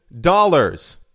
dollars